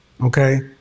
okay